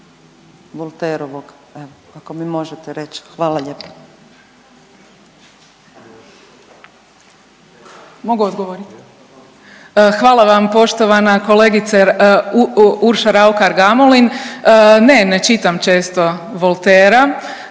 Hvala vam poštovana Urša Raukar Gamulin. Ne, ne čitam često Voltaire-a,